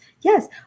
Yes